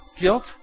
Guilt